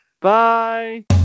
bye